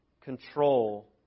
control